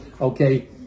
okay